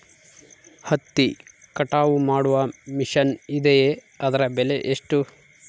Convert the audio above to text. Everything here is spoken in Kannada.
ಹತ್ತಿ ಕಟಾವು ಮಾಡುವ ಮಿಷನ್ ಇದೆಯೇ ಅದರ ಬೆಲೆ ಎಷ್ಟು?